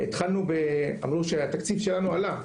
התחלנו ב אמרו שהתקציב שלנו עלה,